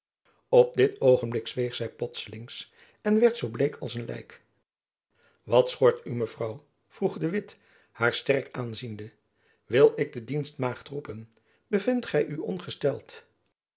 op dit oogenblik zweeg zy plotslings en werd zoo bleek als een lijk wat schort u mevrouw vroeg de witt haar sterk aanziende wil ik de dienstmaagd roepen bevindt gy u ongesteld